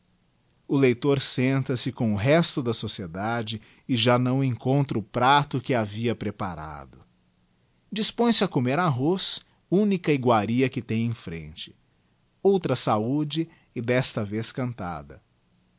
o leitor senta se com o resto da sociedade ejá não encontra o prato que havia preparado dispõe-se a comer arroz única iguaria que tem em jfrente outra saúde e desta vez cantada